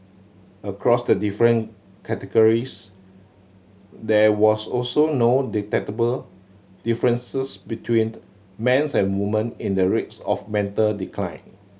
across the different categories there was also no detectable differences between man's and woman in the rates of mental decline